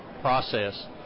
process